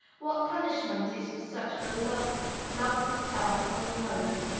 what punishment is for such beloved, love himself only knows.